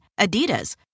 Adidas